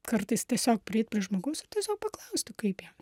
kartais tiesiog prieit prie žmogaus ir tiesiog paklausti kaip jam